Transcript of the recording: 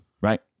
Right